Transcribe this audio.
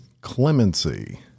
clemency